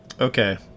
Okay